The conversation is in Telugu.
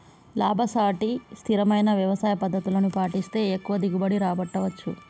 లాభసాటి స్థిరమైన వ్యవసాయ పద్దతులను పాటిస్తే ఎక్కువ దిగుబడి రాబట్టవచ్చు